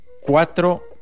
cuatro